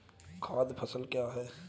खाद्य फसल क्या है?